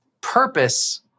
Purpose